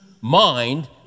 mind